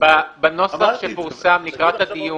בנוסח שפורסם לקראת הדיון,